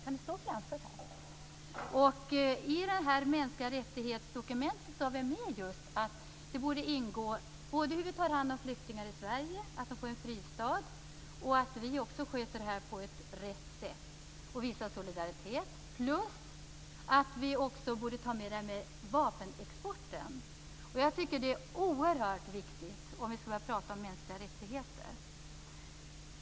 I dokumentet om mänskliga rättigheter har vi med just att det borde ingå både hur vi tar hand om flyktingar i Sverige, att de får en fristad, och att vi sköter detta på rätt sätt och visar solidaritet. Dessutom borde vi ta med vapenexporten. Jag tycker att det är oerhört viktigt om vi skall prata om mänskliga rättigheter.